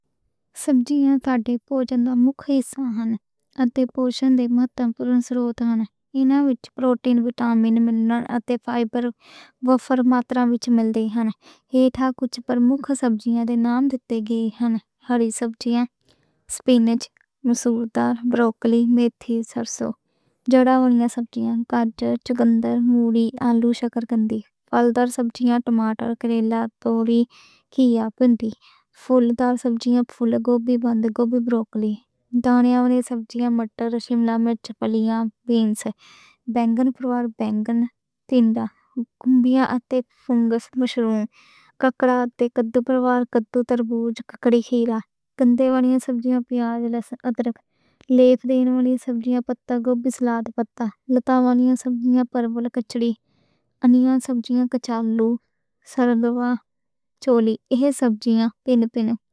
سبزیاں ساڈے پوشن دے مکھ سرُوت ہن۔ اتے پوشن دے مہتوپورن سروتان ہن۔ ایناں وِچ پروٹین، لپِڈ، وٹامن اتے منرل ملدے ہن۔ ایہ تاں کجھ پرمکھ سبزیاں دے نام دتے گئے ہن۔ ہری سبزیاں: سپینچ، بروکلی، میتھی، سرسوں۔ جڑاں والی سبزیاں: گاجر، چکندر، مولی، آلو، شکرکنڈ۔ پھلدار سبزیاں: ٹماٹر، کریلا، گوبی، گھیا، بھنڈی۔ پھلدار سبزیاں: پھول گوبی، بند گوبی، بروکلی۔ دانے والی سبزیاں: مٹر، شملہ مرچ، بینگن، ٹنڈا۔ فنگس: مشروم، کھیرا اتے کدو۔ کدو، تربوز، ککڑی/خیرا، وانیاں سبزیاں: پیاز۔ ادرک، بینگن، ٹنڈا، وانیاں سبزیاں۔ کچالو، چولائی۔ ایہ سبزیاں۔